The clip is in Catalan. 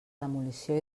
demolició